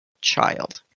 child